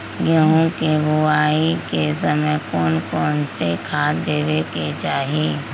गेंहू के बोआई के समय कौन कौन से खाद देवे के चाही?